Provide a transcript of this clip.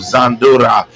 Zandura